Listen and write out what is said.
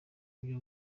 byo